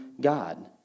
God